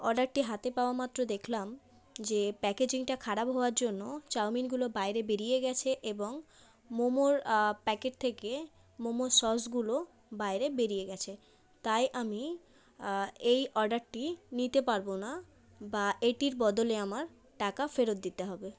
অর্ডারটি হাতে পাওয়া মাত্র দেখলাম যে প্যাকেজিংটা খারাপ হওয়ার জন্য চাউমিনগুলো বাইরে বেরিয়ে গেছে এবং মোমোর প্যাকেট থেকে মোমোর সসগুলো বাইরে বেরিয়ে গেছে তাই আমি এই অর্ডারটি নিতে পারবো না বা এটির বদলে আমার টাকা ফেরত দিতে হবে